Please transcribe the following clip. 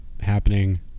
happening